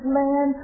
man